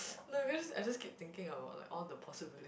no because I just keep thinking about like all the possibilities